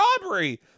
robbery